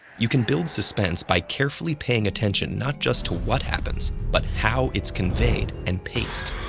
you can build suspense by carefully paying attention not just to what happens but how it's conveyed and paced.